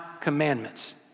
commandments